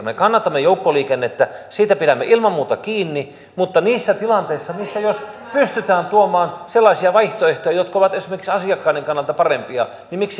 me kannatamme joukkoliikennettä siitä pidämme ilman muuta kiinni mutta jos pystytään tuomaan sellaisia vaihtoehtoja jotka ovat esimerkiksi asiakkaiden kannalta parempia niin miksi niissä tilanteissa näitä ei tehtäisi